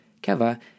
Keva